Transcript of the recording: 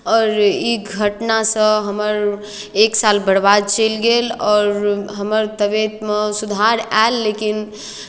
आओर ई घटनासँ हमर एक साल बरबाद चलि गेल आओर हमर तबियतमे सुधार आयल लेकिन